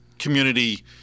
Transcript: Community